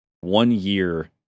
one-year